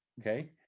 Okay